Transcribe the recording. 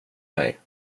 mig